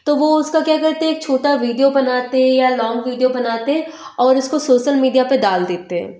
तो वो उसका क्या करते हैं एक छोटा वीडियो बनाते हैं या लॉन्ग वीडियो बनाते हैं और उसको सोशल मीडिया पर डाल देते हैं